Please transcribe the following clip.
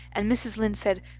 and mrs. lynde said,